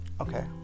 okay